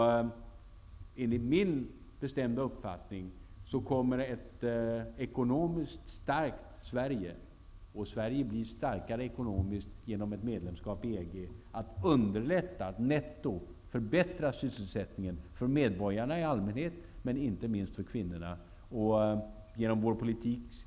Enligt min bestämda uppfattning kommer det i ett ekonomiskt starkt Sverige —Sverige blir starkare ekonomiskt genom ett medlemskap i EG — att bli lättare att netto förbättra sysselsättningen för medborgarna i allmänhet och för kvinnorna i synnerhet.